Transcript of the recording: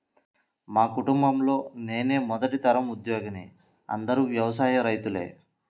మా కుటుంబంలో నేనే మొదటి తరం ఉద్యోగిని అందరూ వ్యవసాయ రైతులే